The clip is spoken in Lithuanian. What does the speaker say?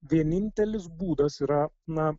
vienintelis būdas yra na